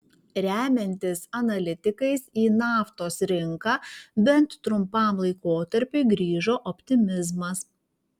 remiantis analitikais į naftos rinką bent trumpam laikotarpiui grįžo optimizmas